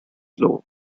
slower